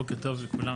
בוקר טוב לכולם.